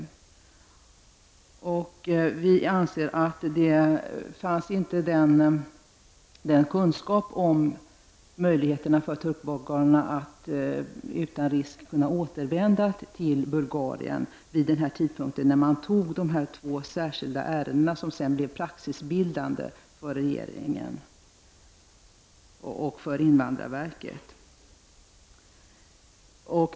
Detta har vi också fått redovisat i utfrågningar med Maj-Lis Lööw. Vi menar att man vid den tidpunkt då regeringen fattade beslut om de två ärenden som sedan blev praxisbildande för regeringen och invandrarverket inte hade tillräcklig kunskap om möjligheterna för turkbulgarerna att utan risk kunna återvända till Bulgarien.